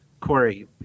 Corey